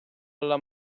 alla